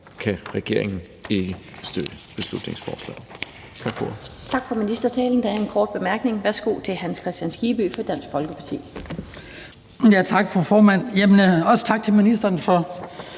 kan regeringen ikke støtte beslutningsforslaget.